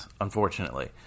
Unfortunately